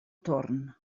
torn